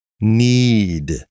need